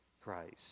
Christ